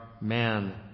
man